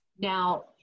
Now